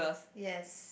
yes